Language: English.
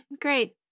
Great